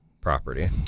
property